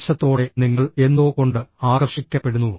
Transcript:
ആവേശത്തോടെ നിങ്ങൾ എന്തോ കൊണ്ട് ആകർഷിക്കപ്പെടുന്നു